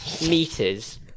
meters